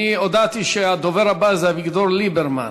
אני הודעתי שהדובר הבא הוא אביגדור ליברמן,